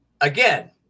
Again